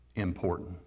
important